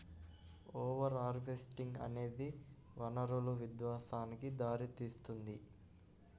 over harvesting అనేది వనరుల విధ్వంసానికి దారితీస్తుంది